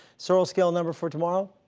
sorrells scale number for tomorrow,